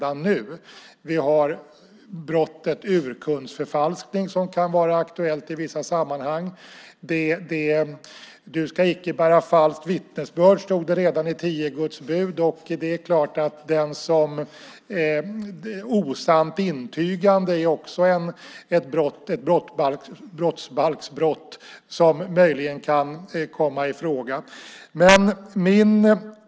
Brottet urkundsförfalskning kan vara aktuellt i vissa sammanhang. "Du skall icke bära falskt vittnesbörd", stod det redan i tio Guds bud, och osant intygande är också ett brottsbalksbrott som möjligen kan komma i fråga.